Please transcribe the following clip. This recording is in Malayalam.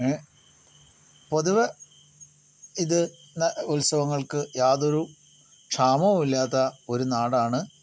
പൊതുവെ ഇത് ന ഉത്സവങ്ങൾക്ക് യാതൊരു ക്ഷാമവും ഇല്ലാത്ത ഒരു നാടാണ്